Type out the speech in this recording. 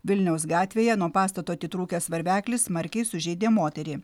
vilniaus gatvėje nuo pastato atitrūkęs varveklis smarkiai sužeidė moterį